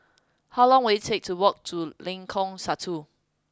how long will it take to walk to Lengkong Satu